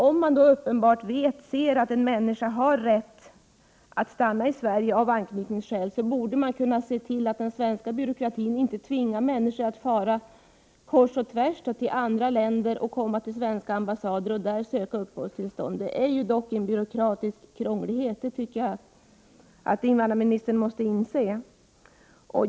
Om man uppenbart vet att en människa har rätt att stanna i Sverige av anknytningsskäl borde man kunna se till att den svenska byråkratin inte tvingar människor att fara kors och tvärs till andra länder, gå till svensk ambassad och där ansöka om uppehållstillstånd. Att det är byråkratiskt krångligt måste invandrarministern inse.